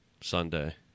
Sunday